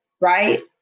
Right